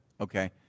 Okay